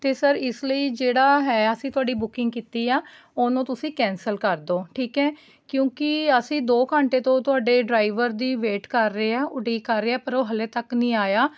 ਅਤੇ ਸਰ ਇਸ ਲਈ ਜਿਹੜਾ ਹੈ ਅਸੀਂ ਤੁਹਾਡੀ ਬੁਕਿੰਗ ਕੀਤੀ ਆ ਉਹਨੂੰ ਤੁਸੀਂ ਕੈਂਸਲ ਕਰ ਦਿਉ ਠੀਕ ਹੈ ਕਿਉਂਕਿ ਅਸੀਂ ਦੋ ਘੰਟੇ ਤੋਂ ਤੁਹਾਡੇ ਡਰਾਈਵਰ ਦੀ ਵੇਟ ਕਰ ਰਹੇ ਹਾਂ ਉਡੀਕ ਕਰ ਰਹੇ ਹਾਂ ਪਰ ਉਹ ਹਾਲੇ ਤੱਕ ਨਹੀਂ ਆਇਆ